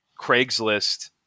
craigslist